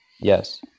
yes